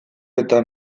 eta